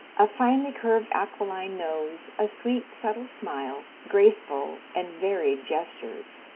a finely-curved aquiline nose, a sweet subtle smile, graceful and varied gestures.